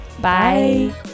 bye